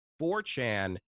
4chan